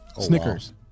Snickers